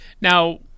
Now